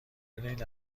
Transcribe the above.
بدهید